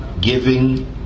Giving